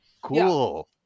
cool